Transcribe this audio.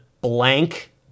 blank